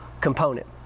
component